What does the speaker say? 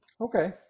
Okay